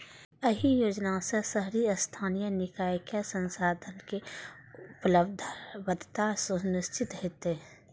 एहि योजना सं शहरी स्थानीय निकाय कें संसाधनक उपलब्धता सुनिश्चित हेतै